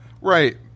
Right